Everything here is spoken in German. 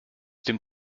dem